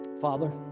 Father